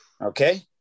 Okay